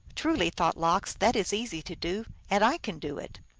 truly, thought lox, that is easy to do, and i can do it.